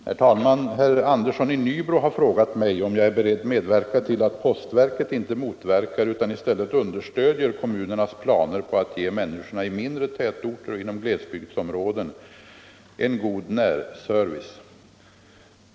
Herr talman! Herr Andersson i Nybro har frågat mig om jag är beredd medverka till att postverket inte motverkar utan i stället understödjer kommunernas planer på att ge människorna i mindre tätorter och inom glesbygdsområden en god närservice.